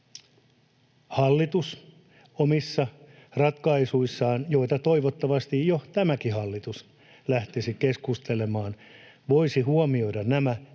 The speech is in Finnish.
hallitus omissa ratkaisuissaan, joista toivottavasti jo tämäkin hallitus lähtisi keskustelemaan, voisi huomioida nämä